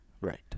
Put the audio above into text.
Right